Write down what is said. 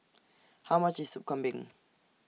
How much IS Soup Kambing